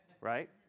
Right